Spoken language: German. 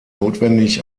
notwendig